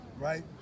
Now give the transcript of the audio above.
Right